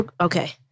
Okay